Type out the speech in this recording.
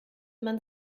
man